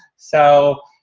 so